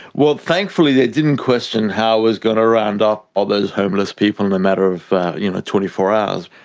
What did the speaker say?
well thankfully they didn't question how i was going to round up all those homeless people in a matter of you know twenty four hours.